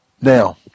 Now